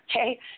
okay